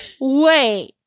wait